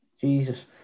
Jesus